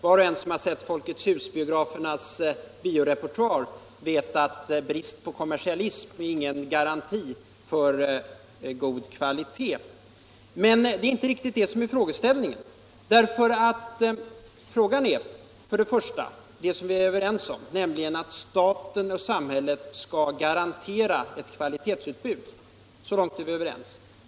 Var och en som har sett Folketshusbiografernas biorepertoar vet att brist på kommersialism inte är någon garanti för god kvalitet. Samhället skall garantera ett kvalitetsutbud — så långt är vi överens.